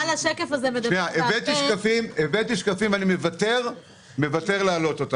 הבאתי שקפים, ואני מוותר על ההצגה שלהם.